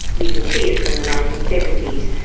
you can see it from the nineteen seventy s.